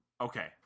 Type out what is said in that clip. okay